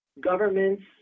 governments